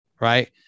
right